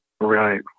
Right